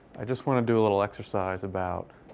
i just want to do a little exercise about